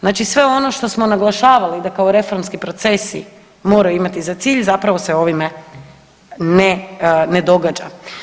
Znači sve ono što smo naglašavali da kao reformski procesi moraju imati za cilj zapravo se ovime ne, ne događa.